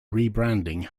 rebranding